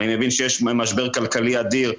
אני מבין שיש משבר כלכלי אדיר.